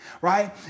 right